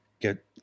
get